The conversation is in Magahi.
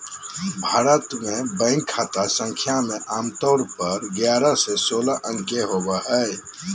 भारत मे बैंक खाता संख्या मे आमतौर पर ग्यारह से सोलह अंक के होबो हय